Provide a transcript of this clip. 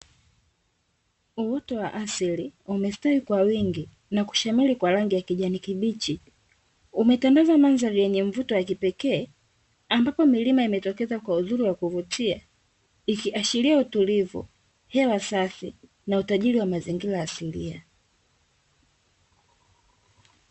Uoto wa asili umestawi kwa wingi na kushamiri kwa rangi ya kijani kibichi umetandaza mandhari yenye mvuto wa kipekee ambapo milima imejitokeza kwa uzuri wa kuvutia ikiashiria utulivu, hewa safi na utajiri wa mazingira asilia.